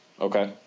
Okay